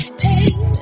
pain